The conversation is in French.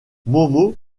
momo